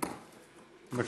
יעקב אשר.